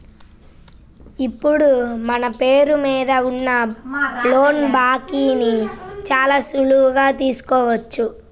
ఇప్పుడు మన పేరు మీద ఉన్న లోన్ల బాకీని చాలా సులువుగా తెల్సుకోవచ్చు